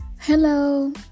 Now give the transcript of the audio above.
hello